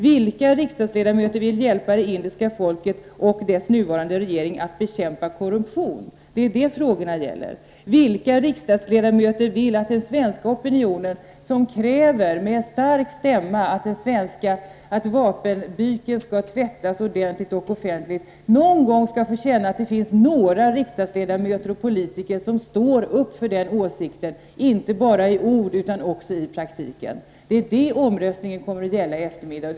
Vilka riksdagsledamöter vill att den svenska opinion, som med stark stämma kräver att den svenska vapenbyken skall tvättas ordentligt och offentligt, någon gång skall få uppleva att det finns nå och politiker som står för den åsikten, och då inte b: praktiken? at ord utan också i Det är vad omröstningen här på eftermiddagen kommer att handla om.